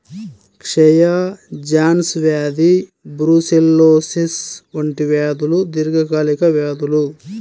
క్షయ, జాన్స్ వ్యాధి బ్రూసెల్లోసిస్ వంటి వ్యాధులు దీర్ఘకాలిక వ్యాధులు